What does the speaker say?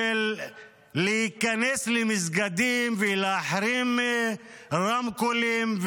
להיכנס למסגדים ולהחרים רמקולים,